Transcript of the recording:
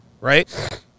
right